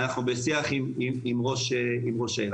ואנחנו בשיח עם ראש העיר.